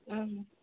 ꯎꯝ